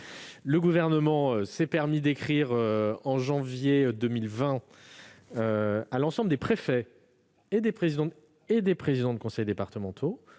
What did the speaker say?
Le Gouvernement s'est permis d'écrire en janvier 2020 à l'ensemble des présidents de conseils départementaux